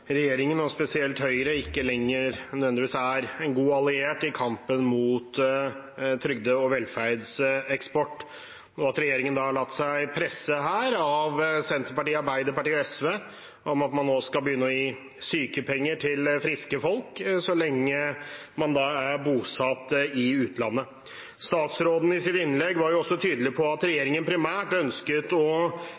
regjeringen og spesielt Høyre ikke lenger nødvendigvis er en god alliert i kampen mot trygde- og velferdseksport, og at regjeringen her har latt seg presse av Senterpartiet, Arbeiderpartiet og SV til at man nå skal begynne å gi sykepenger til friske folk så lenge man er bosatt i utlandet. I sitt innlegg var statsråden også tydelig på at